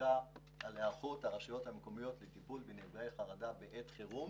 בדיקה על היערכות הרשויות המקומיות לטיפול בנפגעי חרדה בעת חירום